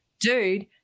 dude